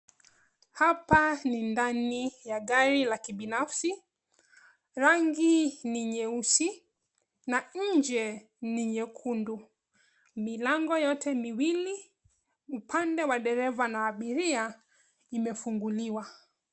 Hapa ni ndani ya gari la kibinafsi. Rangi ni nyeusi na nje ni nyekundu, Milango yote miwili, upande wa dereva na abiria imefunguliwa.